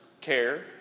care